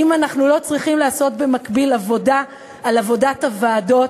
האם אנחנו לא צריכים לעשות במקביל עבודה על עבודת הוועדות?